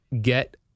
get